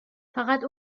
فقط